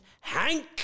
Hank